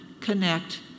connect